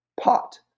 pot